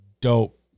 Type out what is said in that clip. dope